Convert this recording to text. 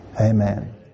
amen